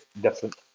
different